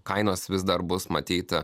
kainos vis dar bus matyt